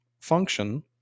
function